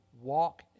walk